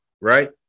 right